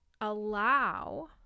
allow